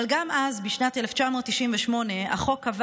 אבל גם אז, בשנת 1998, החוק קבע